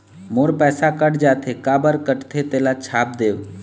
मोर पैसा कट जाथे काबर कटथे तेला छाप देव?